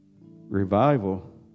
Revival